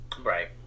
Right